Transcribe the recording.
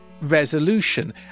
resolution